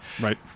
right